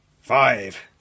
Five